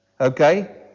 Okay